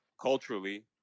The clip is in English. culturally